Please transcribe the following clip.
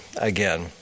again